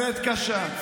למשפחות קשה.